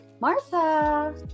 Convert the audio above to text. Martha